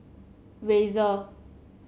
Razer